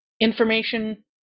information